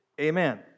Amen